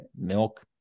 milk